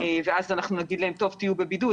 ואז נגיד להם: תהיו בבידוד,